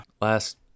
Last